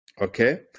Okay